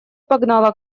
погнала